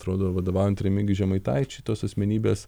atrodo vadovaujant remigijui žemaitaičiui tos asmenybės